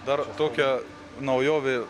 dar tokia naujovė